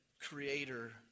creator